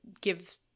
give